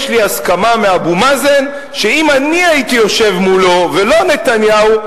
יש לי הסכמה מאבו מאזן שאם אני הייתי יושב מולו ולא נתניהו,